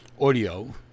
audio